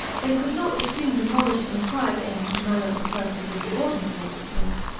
they could not assume the modest and quiet air and manner of persons in the ordinary walks of life,